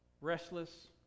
restless